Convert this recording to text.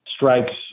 Strikes